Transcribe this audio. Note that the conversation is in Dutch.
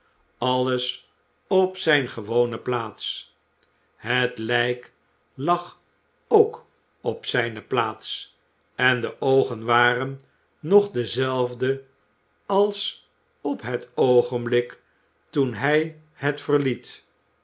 alles op zijne gewone plaats het lijk lag ook op zijne plaats en de oogen waren nog dezelfde als op het oogenblik toen hij het verliet